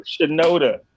Shinoda